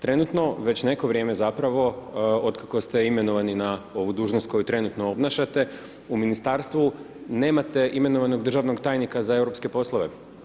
Trenutno već neko vrijeme zapravo od kako ste imenovani na ovu dužnost koju trenutno obnašate u ministarstvu nemate imenovanog državnog tajnika za europske poslove.